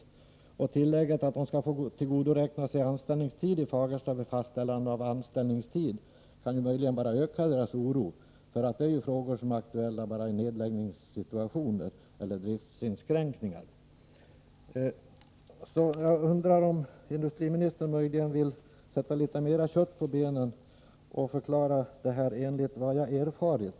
Att säga att de anställda skall få tillgodoräkna sig sin anställningstid i Fagersta vid fastställandet av anställningstiden kan däremot möjligen bara resultera i att de känner större oro. Sådana frågor är ju aktuella enbart vid nedläggningar eller driftsinskränkningar. Jag undrar således om industriministern vill sätta litet mera kött på benen och förklara vad han menar med uttrycket ”enligt vad jag erfarit”.